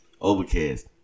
Overcast